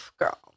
girl